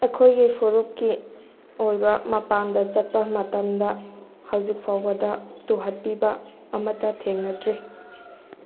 ꯑꯩꯈꯣꯏꯒꯤ ꯐꯨꯔꯨꯞꯀꯤ ꯑꯣꯏꯕ ꯃꯄꯥꯟꯗ ꯆꯠꯄ ꯃꯇꯝꯗ ꯍꯧꯖꯤꯛ ꯐꯥꯎꯕꯗ ꯇꯨꯍꯠꯄꯤꯕ ꯑꯃꯠꯇ ꯊꯦꯡꯅꯗ꯭ꯔꯤ